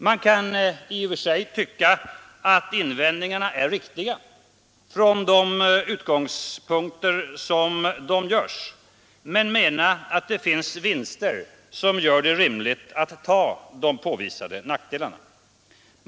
Man kan i och för sig tycka att invändningarna är riktiga från de utgångspunkter som de görs, men mena att det finns vinster som gör det rimligt att ta de påvisade nackdelarna.